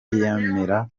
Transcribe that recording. yemera